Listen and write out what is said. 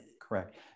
correct